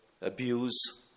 abuse